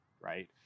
right